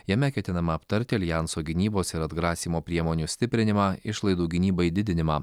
jame ketinama aptarti aljanso gynybos ir atgrasymo priemonių stiprinimą išlaidų gynybai didinimą